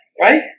right